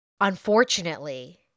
unfortunately